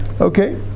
Okay